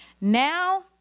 Now